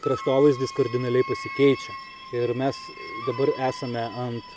kraštovaizdis kardinaliai pasikeičia ir mes dabar esame ant